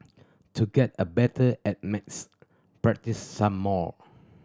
to get a better at maths practise some more